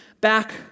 back